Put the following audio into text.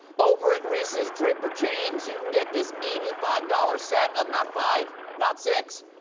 over at reese's draper james you can get this eighty five dollars set of, not five, not six,